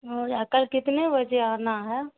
ہو جا کل کتنے بجے آنا ہے